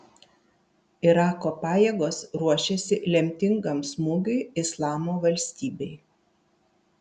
irako pajėgos ruošiasi lemtingam smūgiui islamo valstybei